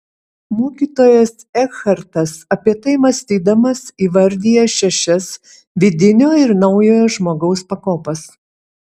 mokytojas ekhartas apie tai mąstydamas įvardija šešias vidinio ir naujojo žmogaus pakopas